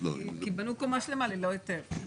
בנו קומה שלמה ללא היתר.